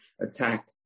attack